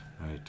right